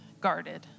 guarded